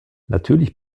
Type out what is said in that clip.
natürlich